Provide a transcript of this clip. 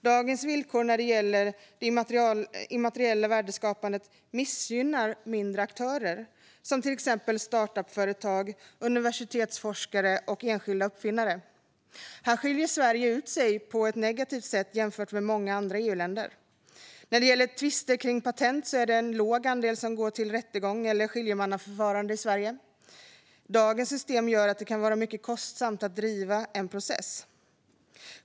Dagens villkor när det gäller det immateriella värdeskapandet missgynnar mindre aktörer, som till exempel startup-företag, universitetsforskare och enskilda uppfinnare. Här skiljer Sverige ut sig på ett negativt sätt jämfört med många andra EU-länder. När det gäller tvister kring patent är det en låg andel som går till rättegång eller skiljemannaförfarande i Sverige. Dagens system gör att det kan vara mycket kostsamt att driva en process.